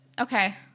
okay